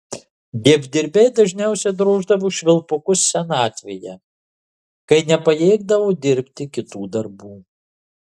dievdirbiai dažniausiai droždavo švilpukus senatvėje kai nepajėgdavo dirbti kitų darbų